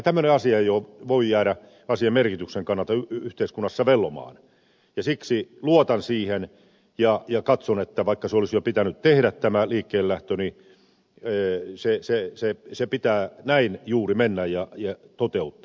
eihän tämmöinen asia voi jäädä asian merkityksen kannalta yhteiskunnassa vellomaan ja siksi luotan siihen ja katson että vaikka se olisi jo pitänyt tehdä tämä liikkeellelähtö niin sen pitää näin juuri mennä ja näin se toteuttaa